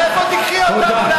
לאיפה תיקחי אותנו?